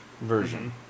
version